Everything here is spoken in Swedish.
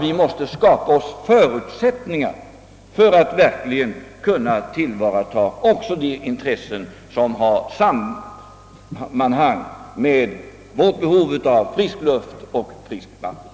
Vi måste skapa förutsättningar för att verkligen kunna tillvarata också de intressen som har sammanhang med vårt behov av frisk luft och friskt vatten,